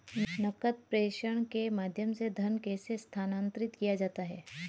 नकद प्रेषण के माध्यम से धन कैसे स्थानांतरित किया जाता है?